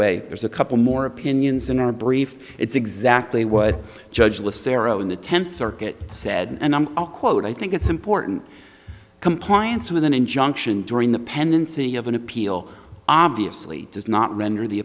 way there's a couple more opinions in our brief it's exactly what judge le sero in the tenth circuit said and i'm quote i think it's important compliance with an injunction during the pendency of an appeal obviously does not render the